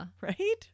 Right